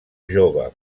jove